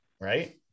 right